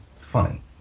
funny